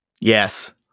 Yes